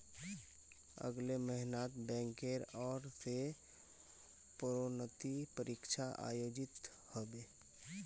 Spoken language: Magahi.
अगले महिनात बैंकेर ओर स प्रोन्नति परीक्षा आयोजित ह बे